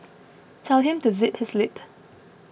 tell him to zip his lip